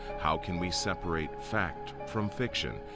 how can we separate fact from fiction.